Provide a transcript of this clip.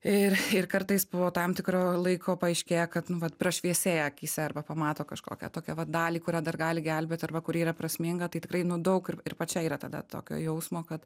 ir ir kartais po tam tikro laiko paaiškėja kad nu vat prašviesėja akyse arba pamato kažkokią tokią vat dalį kurią dar gali gelbėt arba kuri yra prasminga tai tikrai nu daug ir ir pačiai yra tada tokio jausmo kad